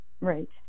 Right